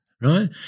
Right